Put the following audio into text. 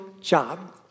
job